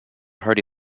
hearty